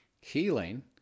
healing